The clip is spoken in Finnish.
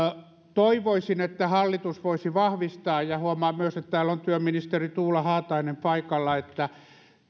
toivoisin että hallitus voisi vahvistaa ja huomaan myös että täällä on työministeri tuula haatainen paikalla että